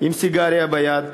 עם סיגריה ביד,